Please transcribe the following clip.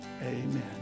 amen